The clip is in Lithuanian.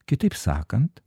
kitaip sakant